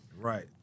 Right